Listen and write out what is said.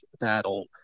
that'll